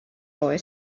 boy